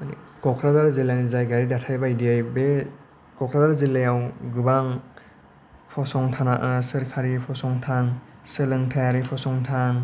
माने क'क्राझार जिल्लानि जायगायारि दाथाय बायदियै बे क'क्राझार जिल्लायाव गोबां फसंथाना ओ सरखारि फसंथान सोलोंथायारि फसंथान